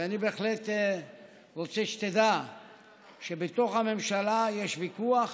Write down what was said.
ואני בהחלט רוצה שתדע שבתוך הממשלה יש ויכוח